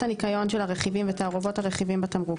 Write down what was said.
הניקיון של הרכיבים ותערובות הרכיבים בתמרוק,